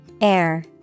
Air